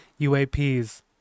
UAPs